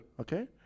Okay